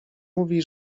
mówi